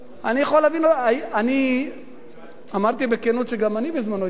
אני אמרתי בכנות שגם אני בזמנו התנגדתי,